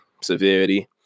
severity